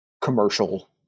commercial